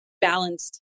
balanced